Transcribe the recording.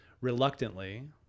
reluctantly